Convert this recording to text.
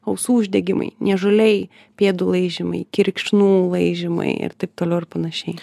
ausų uždegimai niežuliai pėdų laižymai kirkšnų laižymai ir taip toliau ir panašiai